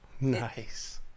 nice